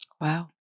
Wow